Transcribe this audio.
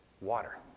water